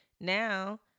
Now